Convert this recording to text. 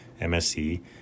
MSC